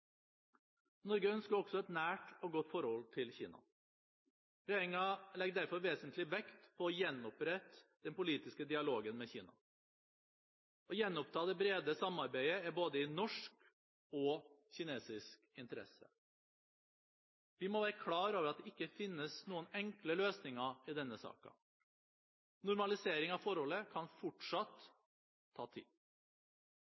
Norge ønsker et nært og godt forhold til Kina. Regjeringen legger derfor vesentlig vekt på å gjenopprette den politiske dialogen med Kina. Å gjenoppta det brede samarbeidet er både i norsk og i kinesisk interesse. Vi må være klar over at det ikke finnes noen enkle løsninger i denne saken. Normalisering av forholdet kan fortsatt